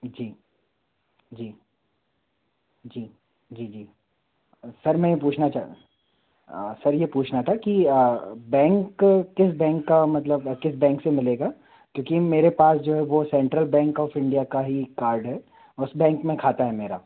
जी जी जी जी जी सर मैं ये पूछना चाहता हूँ सर ये पूछना था कि बैंक किस बैंक से मिलेगा क्योंकि मेरे पास जो है वो है सेन्ट्रल इंडिया का ही कार्ड है उस बैंक में खाता है मेरा